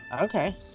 Okay